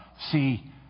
see